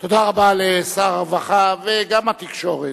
תודה רבה לשר הרווחה וגם התקשורת,